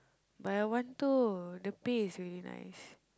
but I want to the pay is really nice